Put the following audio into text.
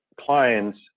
clients